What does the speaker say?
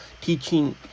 teaching